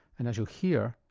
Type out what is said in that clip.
and as you'll hear,